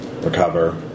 recover